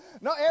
No